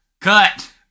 Cut